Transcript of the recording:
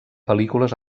pel·lícules